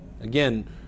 Again